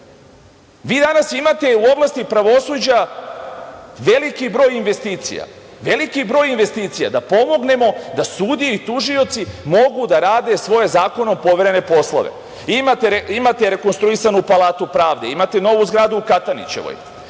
danas imate u oblasti pravosuđa veliki broj investicija da pomognemo da sudije i tužioci mogu da rade svoje zakonom poverene poslove. Imate rekonstruisanu Palatu pravde, imate novu zgradu u Katanićevoj,